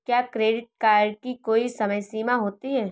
क्या credit card की कोई समय सीमा होती है?